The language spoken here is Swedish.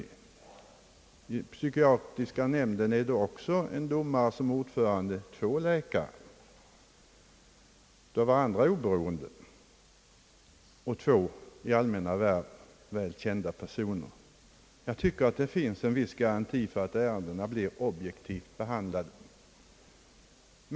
I psykiatriska nämnden är likaledes en domare ordförande, och där finns vidare två av varandra oberoende läkare och två med allmänna värv väl förtrogna personer. Jag tycker att det föreligger en viss garanti för att ärendena blir objektivt behandlade.